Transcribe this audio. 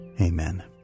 amen